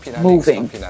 moving